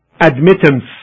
admittance